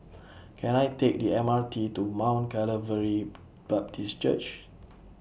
Can I Take The M R T to Mount Calvary Baptist Church